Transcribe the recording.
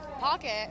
pocket